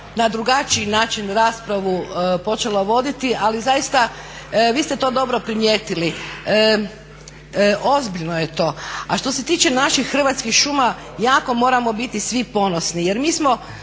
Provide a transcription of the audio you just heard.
na drugačiji način raspravu počela voditi, ali zaista vi ste to dobro primijetili. Ozbiljno je to. A što se tiče naših Hrvatskih šuma jako moramo biti svi ponosni, jer mi smo